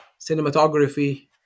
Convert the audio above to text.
cinematography